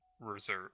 reserve